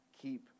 keep